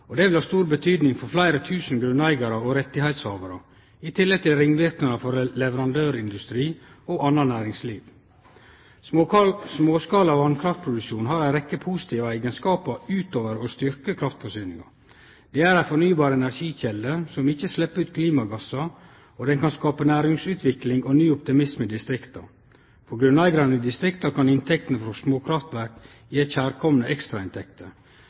kr. Det vil ha stor betydning for fleire tusen grunneigarar og rettigheitshavarar, i tillegg til ringverknader for leverandørindustri og anna næringsliv. Småskala vasskraftproduksjon har ei rekkje positive eigenskapar utover å styrkje kraftforsyninga. Det er ei fornybar energikjelde som ikkje slepp ut klimagassar, og den kan skape næringsutvikling og ny optimisme i distrikta. For grunneigarar i distrikta kan inntektene frå småkraftverk gje kjærkomne